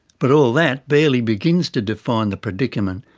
but all that barely begins to define the predicament.